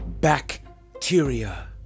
bacteria